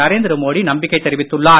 நரேந்திர மோடி நம்பிக்கை தெரிவித்துள்ளார்